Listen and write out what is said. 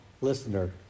listener